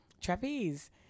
trapeze